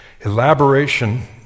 elaboration